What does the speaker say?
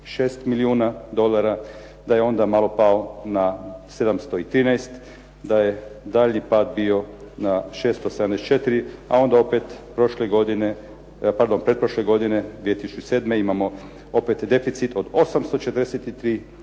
726 milijuna dolara, da je onda malo pao na 713, da je daljnji pad bio na 674 a onda opet pretprošle godine 2007. imamo opet deficit od 843 milijuna